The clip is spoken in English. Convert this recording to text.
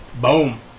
Boom